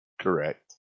Correct